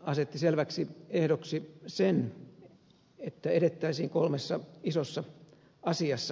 asetti selväksi ehdoksi sen että edettäisiin kolmessa isossa asiassa